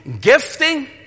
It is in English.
gifting